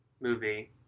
movie